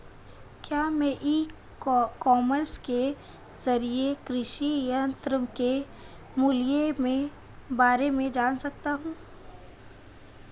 क्या मैं e commerce के ज़रिए कृषि यंत्र के मूल्य में बारे में जान सकता हूँ?